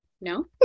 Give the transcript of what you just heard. no